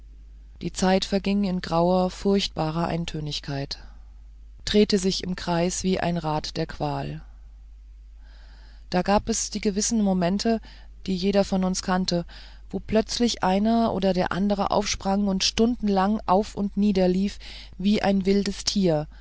die zeit verging in grauer furchtbarer eintönigkeit drehte sich wie im kreis wie ein rad der qual da gab es die gewissen momente die jeder von uns kannte wo plötzlich einer oder der andere aufsprang und stundenlang auf und nieder lief wie ein wildes tier